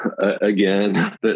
Again